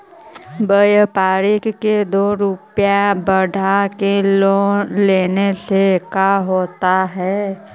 व्यापारिक के दो रूपया बढ़ा के लेने से का होता है?